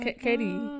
Katie